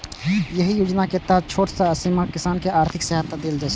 एहि योजना के तहत छोट आ सीमांत किसान कें आर्थिक सहायता देल जाइ छै